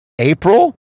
April